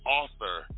author